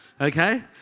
Okay